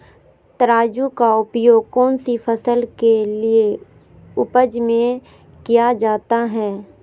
तराजू का उपयोग कौन सी फसल के उपज में किया जाता है?